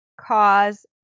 cause